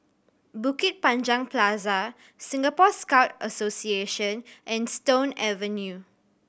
Bukit Panjang Plaza Singapore Scout Association and Stone Avenue